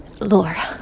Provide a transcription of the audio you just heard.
laura